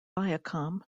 viacom